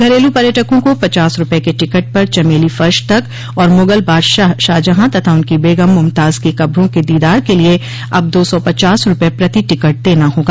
घरेलू पर्यटकों को पचास रूपये के टिकट पर चमेली फर्श तक और मुगल बादशाह शाहजहां तथा उनकी बेगम मुमताज की कब्रों के दीदार क लिए अब दो सौ पचास रूपये प्रति टिकट देना होगा